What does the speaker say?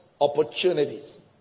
opportunities